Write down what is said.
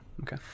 Okay